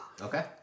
Okay